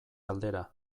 aldera